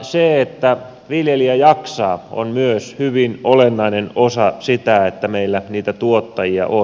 se että viljelijä jaksaa on myös hyvin olennainen osa sitä että meillä niitä tuottajia on